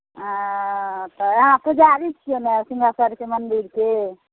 अँ तऽ अहाँ पुजारी छिए ने सिँहेश्वरके मन्दिरके